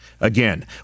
Again